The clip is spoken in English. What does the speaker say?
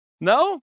no